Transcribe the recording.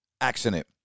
accident